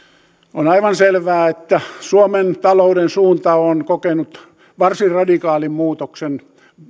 on aivan selvää että suomen talouden suunta on kokenut varsin radikaalin muutoksen